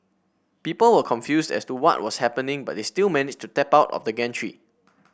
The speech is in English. people were confused as to what was happening but they still managed to tap out of the gantry